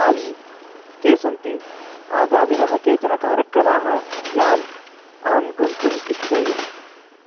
आली के सन्ति आगामिनः केचन कार्यक्रमाः यान् अहं गन्तुम् इच्छेयम्